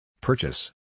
Purchase